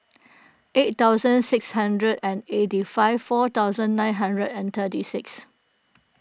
eight thousand six hundred and eighty five four thousand nine hundred and thirty six